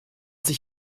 sich